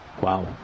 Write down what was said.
Wow